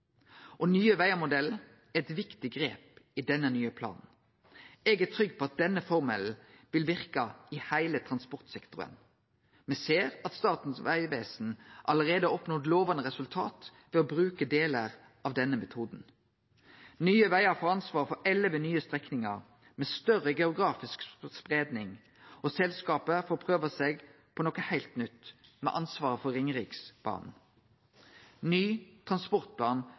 Nye Vegar-modellen er eit viktig grep i denne nye planen. Eg er trygg på at denne formelen vil verke i heile transportsektoren. Me ser at Statens vegvesen allereie har oppnådd lovande resultat ved å bruke delar av denne metoden. Nye Vegar får ansvaret for elleve nye strekningar, med større geografisk spreiing, og selskapet får prøve seg på noko heilt nytt med ansvaret for Ringeriksbanen. Ny transportplan